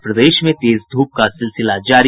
और प्रदेश में तेज धूप का सिलसिला जारी